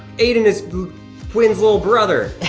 aiden is quinn's little brother.